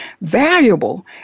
valuable